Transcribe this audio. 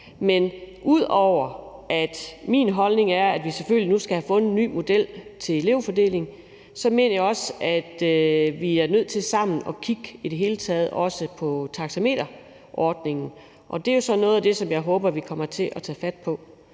Men ud over at min holdning er, at vi selvfølgelig nu skal have fundet en ny model til en elevfordeling, så mener jeg også, at vi i det hele taget er nødt til sammen at kigge på taxameterordningen. Og det er jo så også noget af det, som jeg håber vi kommer til at tage fat på,